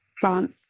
plant